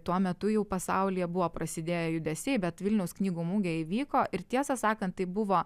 tuo metu jau pasaulyje buvo prasidėję judesiai bet vilniaus knygų mugė įvyko ir tiesą sakant tai buvo